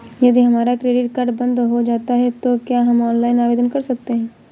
यदि हमारा credit card बंद हो जाता है तो क्या हम ऑनलाइन आवेदन कर सकते हैं?